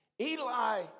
Eli